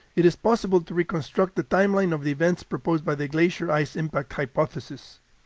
it is possible to reconstruct the timeline of the events proposed by the glacier ice impact hypothesis.